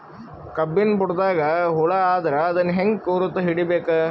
ಕಬ್ಬಿನ್ ಬುಡದಾಗ ಹುಳ ಆದರ ಅದನ್ ಹೆಂಗ್ ಗುರುತ ಹಿಡಿಬೇಕ?